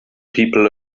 people